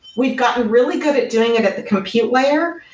we've gotten really good at doing it at the compute layer,